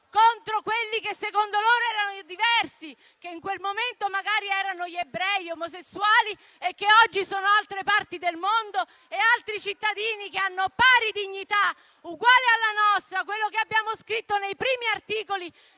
contro quelli che, secondo loro, erano diversi. In quel momento, magari, erano gli ebrei, gli omosessuali e oggi sono individui di altre parti del mondo e altri cittadini, che hanno invece pari dignità, uguale alla nostra. Questo abbiamo scritto nei primi articoli